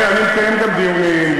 אני מקיים גם דיונים,